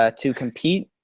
ah to compete?